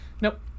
nope